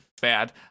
bad